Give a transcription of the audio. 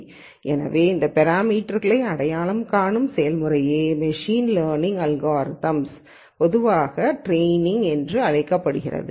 எனவே இந்த பேராமீட்டர் க்களை அடையாளம் காணும் செயல்முறையே மெஷின் லேர்னிங் அல்காரிதம்களில் பொதுவாக டிரேயினிங் என அழைக்கப்படுகிறது